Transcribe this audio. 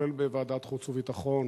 כולל בוועדת חוץ וביטחון.